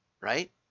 right